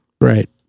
Right